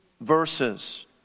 verses